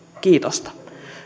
kiitosta